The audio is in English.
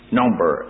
number